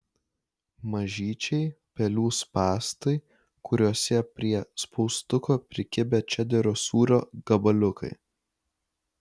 mažyčiai pelių spąstai kuriuose prie spaustuko prikibę čederio sūrio gabaliukai